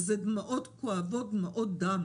ואלה דמעות כואבות, דמעות דם